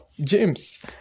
James